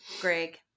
Greg